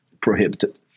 prohibited